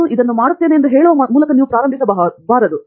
ನಾನು ಇದನ್ನು ಮಾಡುತ್ತೇನೆ ಎಂದು ಹೇಳುವ ಮೂಲಕ ನೀವು ಪ್ರಾರಂಭಿಸಬಾರದು